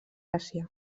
àsia